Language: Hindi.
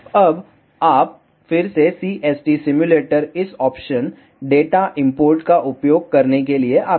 अब आप फिर से CST सिम्युलेटर इस ऑप्शन डेटा इंपोर्ट का उपयोग करने के लिए आते हैं